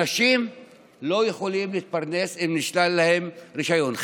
אנשים לא יכולים להתפרנס אם נשלל להם רישיון.